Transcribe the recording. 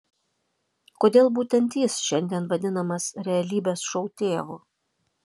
kodėl būtent jis šiandien vadinamas realybės šou tėvu